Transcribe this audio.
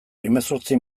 hemezortzi